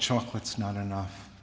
chocolates not enough